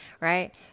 right